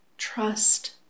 Trust